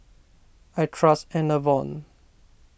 I trust Enervon